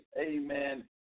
amen